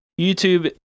YouTube